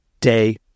day